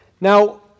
Now